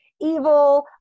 evil